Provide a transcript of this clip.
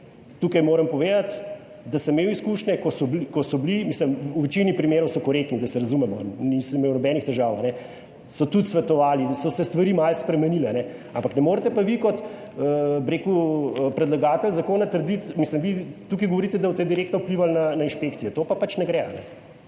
tukaj moram povedati, da sem imel izkušnje, ko so bili - mislim v večini primerov so korektni, da se razumemo, nisem imel nobenih težav - so tudi svetovali, da so se stvari malo spremenile, ampak ne morete pa vi, kot bi rekel predlagatelj zakona trditi, mislim vi tukaj govorite, da boste direktno vplivali na inšpekcije, to pa pač ne gre.